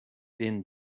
din